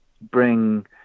bring